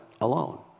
alone